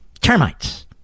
Termites